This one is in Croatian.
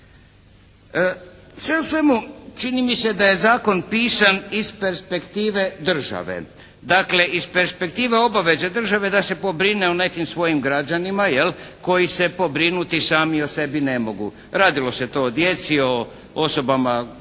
Sve u svemu čini mi se da je zakon pisan iz perspektive države. Dakle iz perspektive obaveze države da se pobrine o nekim svojim građanima jel', koji se pobrinuti sami o sebi ne mogu. Radilo se to o djeci, o osobama koje